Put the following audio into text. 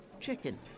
chicken